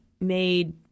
made